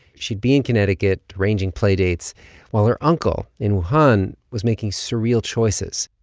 she'd be in connecticut arranging play dates while her uncle in wuhan was making surreal choices.